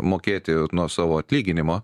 mokėti nuo savo atlyginimo